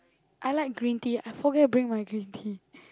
I like green tea I forget bring my green tea